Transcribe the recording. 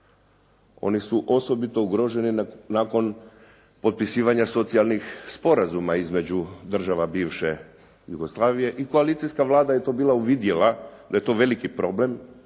Oni su osobito ugroženi nakon potpisivanja socijalnih sporazuma između država bivše Jugoslavije i koalicijska Vlada je to bila uvidjela da je to veliki problem